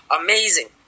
amazing